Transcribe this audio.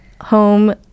home